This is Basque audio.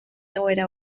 egoera